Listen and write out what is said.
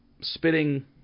spitting